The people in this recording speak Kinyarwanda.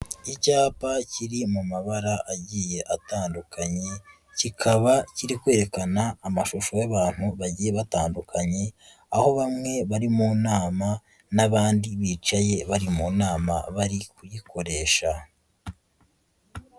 Icyapa kiri mu mabara agiye atandukanye kikaba kiri kwerekana amashusho y'abantu bagiye batandukanye, aho bamwe bari mu nama n'abandi bicaye bari mu nama bari kuyikoresha.